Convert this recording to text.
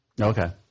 Okay